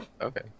Okay